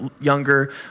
younger